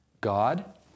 God